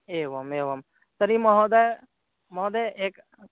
एवम् एवं तर्हि महोदया महोदया एकं